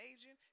Asian